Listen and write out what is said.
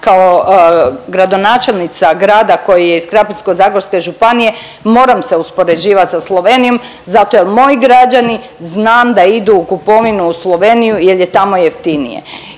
kao gradonačelnica grada koji je iz Krapinsko-zagorske županije, moram se uspoređivat sa Slovenijom zato jer moji građani znam da idu u kupovinu u Sloveniju jer je tamo jeftinije.